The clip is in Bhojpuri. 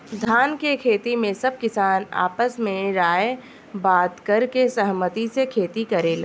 धान के खेती में सब किसान आपस में राय बात करके सहमती से खेती करेलेन